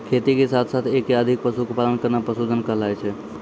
खेती के साथॅ साथॅ एक या अधिक पशु के पालन करना पशुधन कहलाय छै